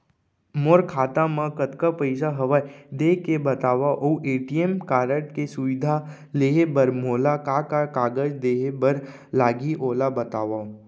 मोर खाता मा कतका पइसा हवये देख के बतावव अऊ ए.टी.एम कारड के सुविधा लेहे बर मोला का का कागज देहे बर लागही ओला बतावव?